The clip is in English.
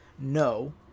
No